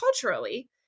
culturally